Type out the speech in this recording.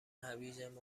هویجم